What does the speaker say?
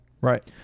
Right